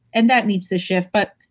and that needs to shift but,